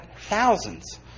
thousands